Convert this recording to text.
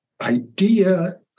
idea